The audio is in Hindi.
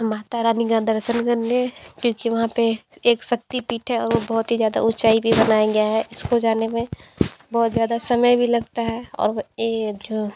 माता रानी का दर्शन करने क्योंकि वहाँ पे एक शक्तिपीठ और वो बहुत ही ज़्यादा ऊँचाई पे बनाया गया है इसको जाने में बहुत ज़्यादा समय भी लगता है और वो जो